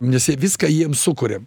nes jie viską jiem sukuriam